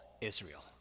Israel